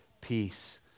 peace